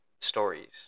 stories